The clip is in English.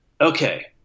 okay